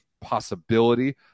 possibility